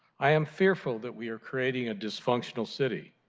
i am fearful that we are creating a dysfunctional city.